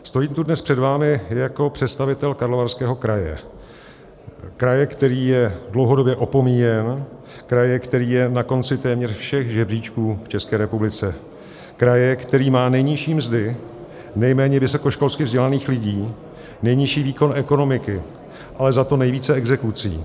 Stojím tu dnes před vámi jako představitel Karlovarského kraje, kraje, který je dlouhodobě opomíjen, kraje, který je na konci téměř všech žebříčků v České republice, kraje, který má nejnižší mzdy, nejméně vysokoškolsky vzdělaných lidí, nejnižší výkon ekonomiky, ale zato nejvíce exekucí;